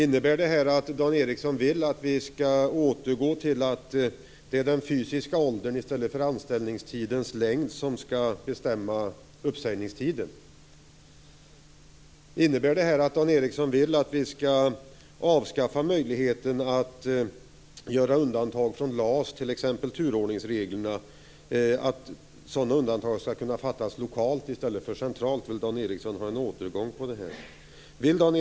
Innebär detta att Dan Ericsson vill återgå till att låta den fysiska åldern i stället för anställningstidens längd bestämma uppsägningstiden? Innebär detta att Dan Ericsson vill avskaffa möjligheten att fatta beslut lokalt i stället för centralt om undantag från LAS, t.ex. turordningsreglerna? Vill Dan Ericsson ha en återgång när det gäller detta?